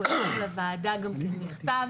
אנחנו העברנו לוועדה גם כן מכתב,